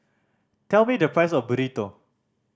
tell me the price of Burrito